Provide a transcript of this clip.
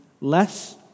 less